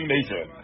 Nation